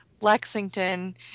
Lexington